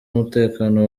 umutekano